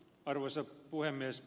arvoisa puhemies